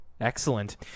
Excellent